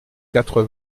quatre